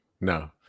no